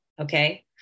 okay